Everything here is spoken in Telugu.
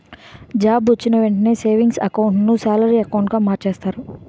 జాబ్ వొచ్చిన వెంటనే సేవింగ్స్ ఎకౌంట్ ను సాలరీ అకౌంటుగా మార్చేస్తారు